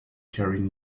carrying